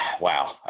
wow